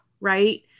right